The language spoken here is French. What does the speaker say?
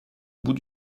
bout